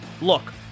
Look